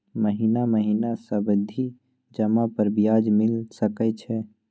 महीना महीना सावधि जमा पर ब्याज मिल सके छै?